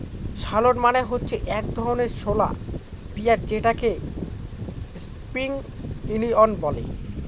shallot মানে হচ্ছে এক ধরনের ছোলা পেঁয়াজ যেটাকে স্প্রিং অনিয়ন বলে